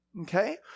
okay